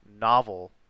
novel